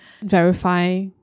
verify